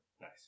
Nice